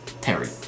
Terry